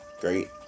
Great